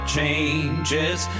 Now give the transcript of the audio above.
changes